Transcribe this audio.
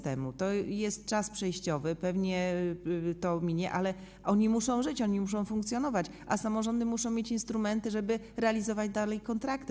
To jest czas przejściowy, pewnie to minie, ale oni muszą żyć, oni muszą funkcjonować, a samorządy muszą mieć instrumenty, żeby realizować dalej kontrakty.